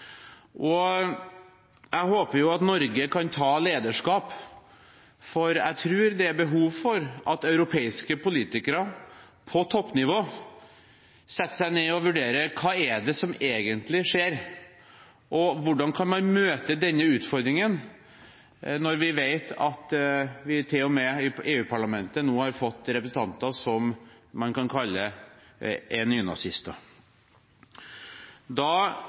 Jeg håper Norge kan ta lederskap, for jeg tror det er behov for at europeiske politikere på toppnivå setter seg ned og vurderer: Hva er det egentlig som skjer, og hvordan kan man møte denne utfordringen når vi vet at vi til og med i EU-parlamentet nå har fått representanter som er nynazister? Jeg mener at Norge da kan